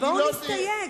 בואו נסתייג,